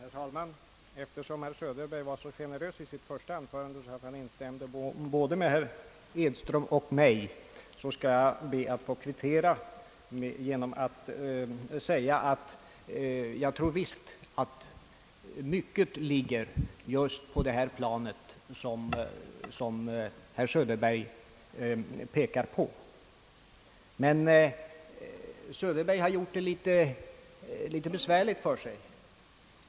Herr talman! Eftersom herr Söderberg var så generös i sitt första anförande att han instämde både med herr Edström och med mig, skall jag be att få kvittera med att framhålla att jag visst tror att problemet i mycket ligger på det plan som herr Söderberg pekar på. Men herr Söderberg har gjort det något besvärligt för sig.